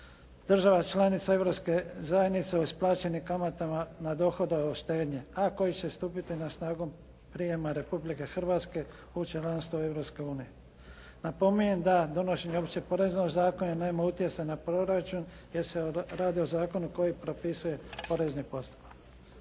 država članica Europske zajednice uz plaćanje kamata na dohodovnu štednju a koji će stupiti na snagu prijemom Republike Hrvatske u članstvo Europske unije. Napominjem da donošenje Općeg poreznog zakona nema utjecaj na proračun jer se radi o zakonu koji propisuje porezni postupak.